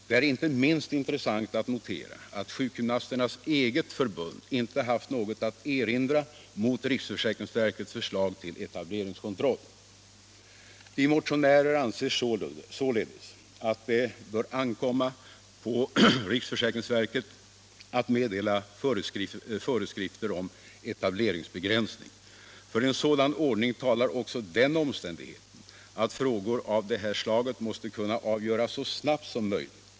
Det är inte minst intressant att notera att sjukgymnasternas eget förbund inte haft något att erinra mot riksförsäkringsverkets förslag till etableringskontroll. Vi motionärer anser således att det bör ankomma på riksförsäkringsverket att meddela föreskrifter om etableringsbegränsning. För en sådan ordning talar också den omständigheten att frågor av detta slag måste kunna avgöras så snabbt som möjligt.